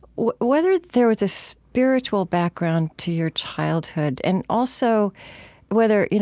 whether there was a spiritual background to your childhood, and also whether, you know